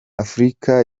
afurika